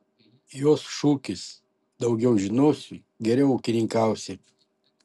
jos šūkis daugiau žinosi geriau ūkininkausi